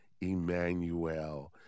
Emmanuel